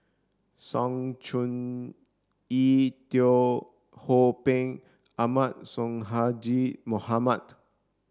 Sng Choon Yee Teo Ho Pin Ahmad Sonhadji Mohamad